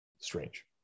strange